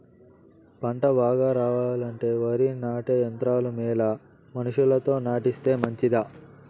పంట బాగా రావాలంటే వరి నాటే యంత్రం మేలా మనుషులతో నాటిస్తే మంచిదా?